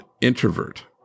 introvert